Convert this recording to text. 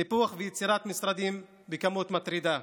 ניפוח ויצירת משרדים בכמות מטרידה.